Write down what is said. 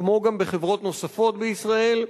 כמו גם בחברות נוספות בישראל,